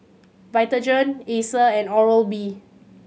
Vitagen Acer and Oral B